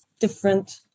different